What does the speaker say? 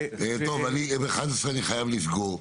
טוב, אני חייב לסגור.